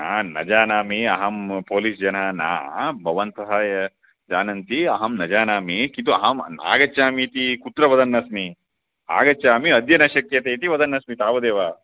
ना न जानामि अहं पोलिस् जनान् न भवत्यः जानन्ति अहं न जानामि किन्तु अहम् आगच्छामि इति कुत्र वदन्नस्मि आगच्छामि अद्य न शक्यते इति वदन्नस्मि तावदेव